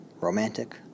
romantic